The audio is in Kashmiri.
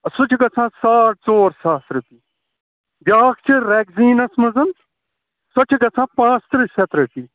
سُہ چھُ گژھان ساڑ ژور ساس رۄپیہِ بیٛاکھ چھُ رٮ۪کزیٖنَس منٛز سۅ چھِ گژھان پانٛژھ تٕرٛہ شَتھ رۄپیہِ